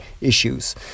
issues